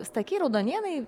stakiai raudonėnai